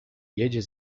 jedzie